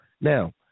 Now